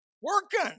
working